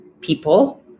people